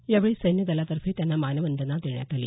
यावेळी सैन्यदलातर्फे त्यांना मानवंदना देण्यात आली